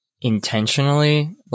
intentionally